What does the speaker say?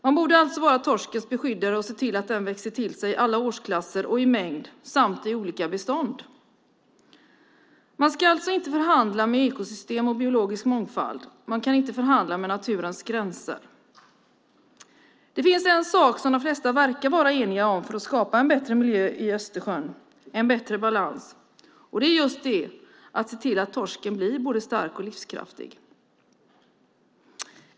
Man borde alltså vara torskens beskyddare och se till att den växer till sig i alla årsklasser och i mängd, samt i olika bestånd. Man ska inte förhandla med ekosystem och biologisk mångfald. Man kan inte förhandla med naturens gränser. Det finns en sak som de flesta verkar vara eniga om för att skapa en bättre miljö i Östersjön, en bättre balans, och det är just det att se till att torsken blir både stark och livskraftig.